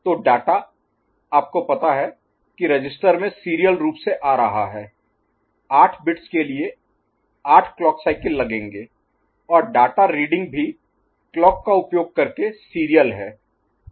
तो डाटा आपको पता है कि रजिस्टर में सीरियल रूप से आ रहा है 8 बिट्स के लिए 8 क्लॉक साइकिल लगेंगे और डाटा रीडिंग भी क्लॉक का उपयोग करके सीरियल है